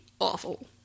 awful